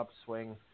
upswing